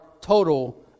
total